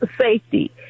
safety